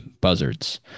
buzzards